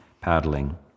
paddling